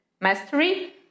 Mastery